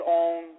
own